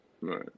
right